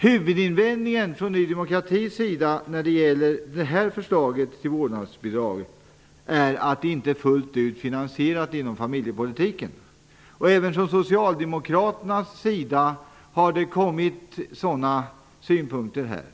Huvudinvändningen från Ny demokratis sida när det gäller detta förslag till vårdnadsbidrag är att det inte fullt ut är finansierat inom ramen för familjepolitiken. Även från socialdemokraternas sida har det kommit sådana synpunkter.